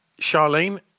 Charlene